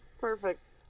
Perfect